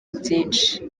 byinshi